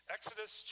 Exodus